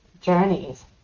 journeys